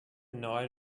night